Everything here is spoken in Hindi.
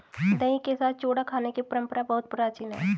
दही के साथ चूड़ा खाने की परंपरा बहुत प्राचीन है